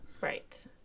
Right